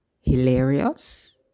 hilarious